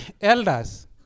elders